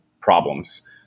problems